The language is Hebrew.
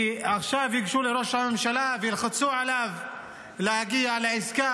שעכשיו ייגשו לראש הממשלה וילחצו עליו להגיע לעסקה